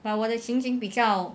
but 我的情行比较